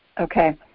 Okay